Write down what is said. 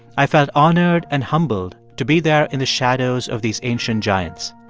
i felt honored and humbled to be there in the shadows of these ancient giants.